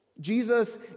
Jesus